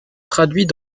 traduits